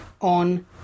on